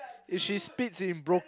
if she spits in bro~